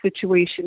situation